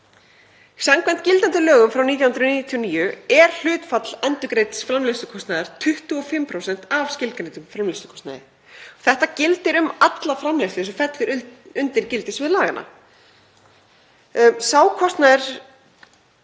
Samkvæmt gildandi lögum frá 1999 er hlutfall endurgreidds framleiðslukostnaðar 25% af skilgreindum framleiðslukostnaði. Þetta gildir um alla framleiðslu sem fellur undir gildissvið laganna.